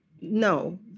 no